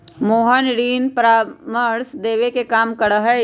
मोहन ऋण परामर्श देवे के काम करा हई